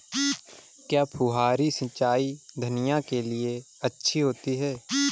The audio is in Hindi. क्या फुहारी सिंचाई धनिया के लिए अच्छी होती है?